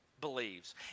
believes